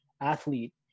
athlete